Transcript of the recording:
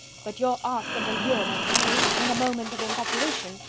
but your arts and allurements may, in a moment of infatuation,